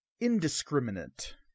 indiscriminate